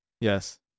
Yes